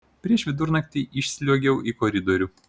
prieš vidurnaktį išsliuogiau į koridorių